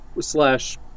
slash